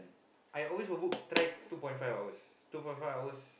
I always will book try two point five hours two point five hours